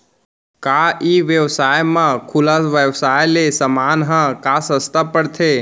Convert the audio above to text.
का ई व्यवसाय म खुला व्यवसाय ले समान ह का सस्ता पढ़थे?